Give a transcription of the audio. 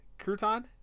Crouton